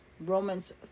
Romans